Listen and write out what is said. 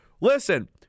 listen